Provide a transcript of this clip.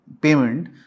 payment